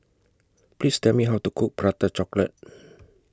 Please Tell Me How to Cook Prata Chocolate